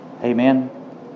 Amen